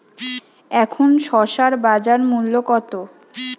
এখন শসার বাজার মূল্য কত?